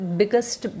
biggest